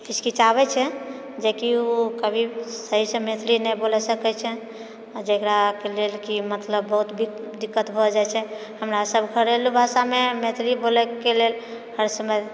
हिचकिचाबए छै जेकि ओ कभी सहीसँ मैथिली नहि बोलि सकैत छै आ जेकराके लेल कि मतलब बहुत दिक्कत भए जाइत छै हमरा सब घरेलु भाषामे मैथिली बोलएके लेल हरसमय